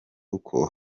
uko